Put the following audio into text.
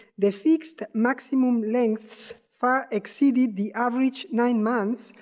the fixed maximum lengths far exceeded the average nine months,